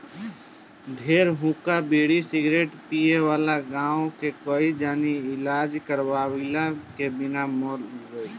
ढेर हुक्का, बीड़ी, सिगरेट पिए वाला गांव के कई जानी इलाज करवइला में बिला गईल लोग